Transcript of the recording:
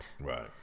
Right